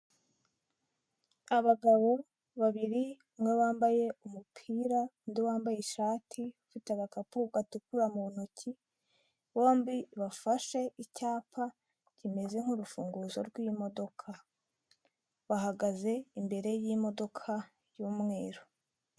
Abagabo babiri umwe wambaye umupira undi wambaye ishati afite agakapu gatukura mu ntoki, bombi bafashe icyapa kimeze nk'urufunguzo rw'imodoka bahagaze imbere y'imodoka y'umweru.